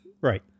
Right